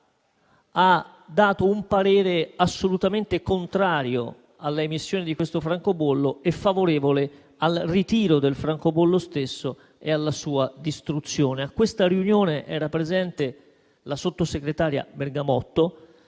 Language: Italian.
ha dato un parere assolutamente contrario alla emissione di questo francobollo e favorevole al suo ritiro e alla sua distruzione. A quella riunione era presente la sottosegretaria Bergamotto,